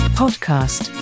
podcast